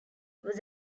was